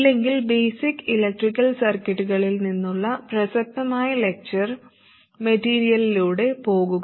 ഇല്ലെങ്കിൽ basic electrical സർക്യൂട്ടുകളിൽ നിന്നുള്ള പ്രസക്തമായ ലക്ച്ചർ മെറ്റീരിയലിലൂടെ പോകുക